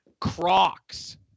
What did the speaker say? Crocs